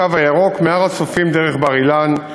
"הקו הירוק" מהר-הצופים דרך בר-אילן,